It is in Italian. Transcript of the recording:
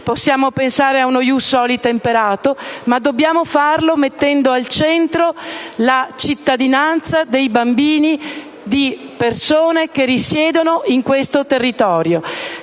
Possiamo pensare ad uno *ius* *soli* temperato, ma dobbiamo farlo mettendo al centro la cittadinanza dei bambini di persone che risiedono in questo territorio,